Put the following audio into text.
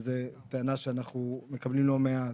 זאת טענה שאנחנו מקבלים לא מעט,